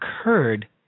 occurred